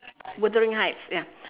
wuthering heights ya